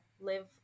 live